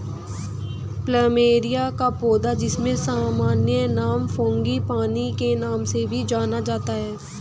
plumeria का पौधा, जिसे सामान्य नाम फ्रांगीपानी के नाम से भी जाना जाता है